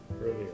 earlier